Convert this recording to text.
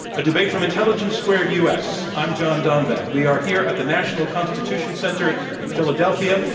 a debate from intelligence squared u. s. i'm john donvan. we are here at the national constitution center in philadelphia.